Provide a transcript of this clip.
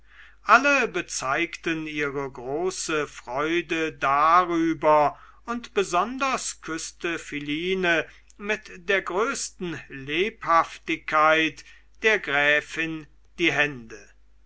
alle bezeigten ihre große freude darüber und besonders küßte philine mit der größten lebhaftigkeit der gräfin die hände